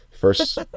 first